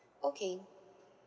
okay